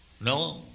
No